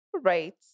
Right